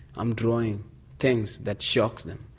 i'm drawing things that shock them.